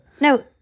No